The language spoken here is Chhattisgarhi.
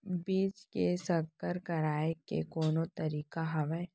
बीज के संकर कराय के कोनो तरीका हावय?